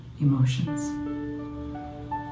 emotions